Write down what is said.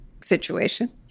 situation